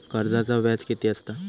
कर्जाचा व्याज कीती असता?